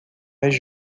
mais